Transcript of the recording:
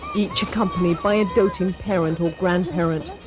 each accompanied by a doting parent or grandparent.